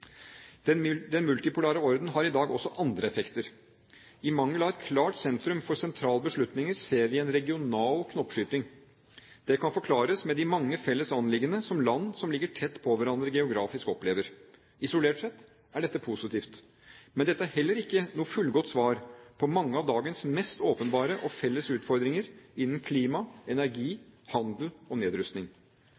Den multipolare orden har i dag også andre effekter. I mangel av et klart sentrum for sentrale beslutninger ser vi en regional knoppskyting. Det kan forklares med de mange felles anliggender som land som ligger tett på hverandre geografisk, opplever. Isolert sett er dette positivt, men dette er heller ikke noe fullgodt svar på mange av dagens mest åpenbare og felles utfordringer innen klima, energi,